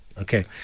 Okay